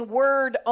word